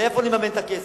מאיפה נממן את הכסף,